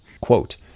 Quote